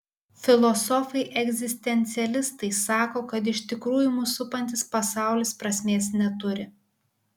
filosofai egzistencialistai sako kad iš tikrųjų mus supantis pasaulis prasmės neturi